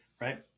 right